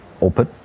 open